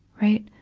right.